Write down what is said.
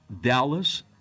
Dallas